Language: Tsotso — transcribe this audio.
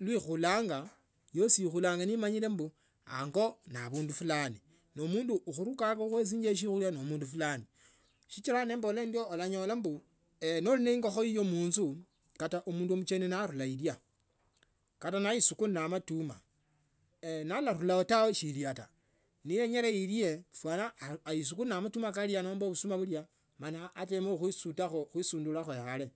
neikhulanga yosi ikhulanga nemanyile anga naabundu fulani namandu okhuraka ikhuesia siokhuha nemundu fulani sichila nembola onyo onyolambu noli nende ingokho iyo munzu kata omundu mcheni na arula ilya kata naisukuma matuma nalarulayo taa luahya taa nowenyele ilie fuana aisuvumi ye matuma naali ano nobusuma bula naalia na ateme khuisutakho ayali.